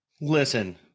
Listen